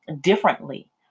differently